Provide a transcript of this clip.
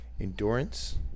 endurance